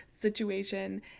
situation